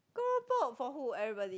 keropok for who everybody